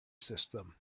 system